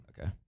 Okay